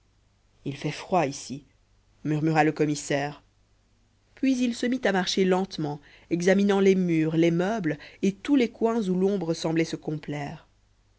il fait froid ici murmura le commissaire puis il se mit à marcher lentement examinant les murs les meubles et tous les coins où l'ombre semblait se complaire